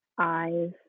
eyes